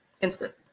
Instant